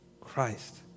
Christ